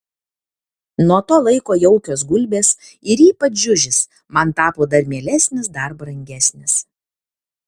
nuo to laiko jaukios gulbės ir ypač žiužis man tapo dar mielesnis dar brangesnis